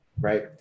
right